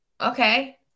okay